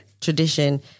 tradition